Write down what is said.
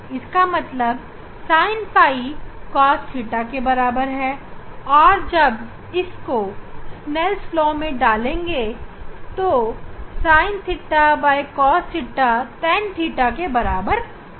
इसका मतलब Sinɸ Cosθ और जब इसको स्नेल ला में डालेंगे तो sinθcosθ tanθ हो जाएगा